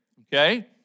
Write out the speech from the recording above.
Okay